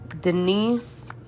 Denise